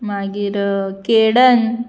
मागीर केडन